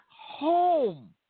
home